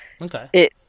Okay